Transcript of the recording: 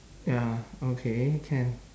ya okay can